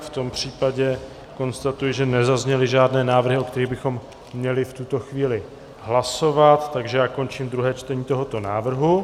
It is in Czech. V tom případě konstatuji, že nezazněly žádné návrhy, o kterých bychom měli v tuto chvíli hlasovat, takže končím druhé čtení tohoto návrhu.